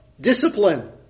discipline